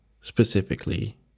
specifically